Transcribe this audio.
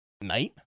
night